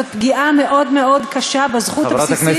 זאת פגיעה קשה מאוד מאוד בזכות הבסיסית,